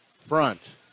front